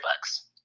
bucks